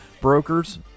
brokers